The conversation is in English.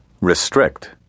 restrict